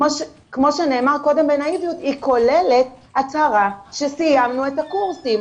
כמו שנאמר קודם בנאיביות היא כוללת הצהרה שסיימנו את הקורסים.